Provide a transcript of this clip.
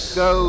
go